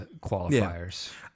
qualifiers